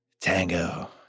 Tango